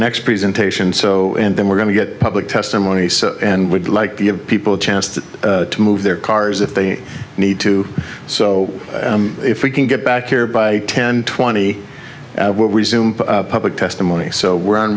next presentation so then we're going to get public testimony and would like to give people a chance to move their cars if they need to so if we can get back here by ten twenty will resume public testimony so we're on